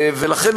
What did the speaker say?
לכן,